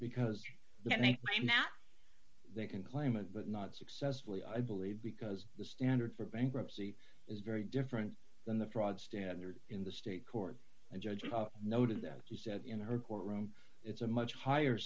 because then they claim that they can claim of but not successfully i believe because the standard for bankruptcy is very different than the fraud standard in the state court judge noted that he said in her courtroom it's a much higher